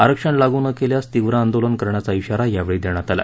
आरक्षण लागू न केल्यास तीव्र आंदोलन करण्याचा इशारा यावेळी देण्यात आला